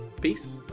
peace